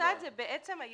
היא לא עושה את זה בעצם היום,